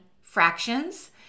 fractions